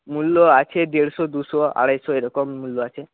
মূল্য আছে দেড়শো দুশো আড়াইশো এরকম মূল্য আছে